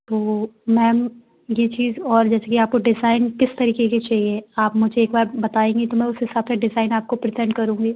तो मैम ये चीज़ और जैसे कि आपको डिज़ाइन किस तरीके के चाहिए आप मुझे एक बार बताएंगी तो मैं उस हिसाब से डिज़ाइन आपकाे प्रिज़ेंट करूँगी